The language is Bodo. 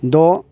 द'